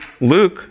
Luke